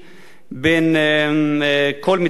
בין כל מדינות ערב,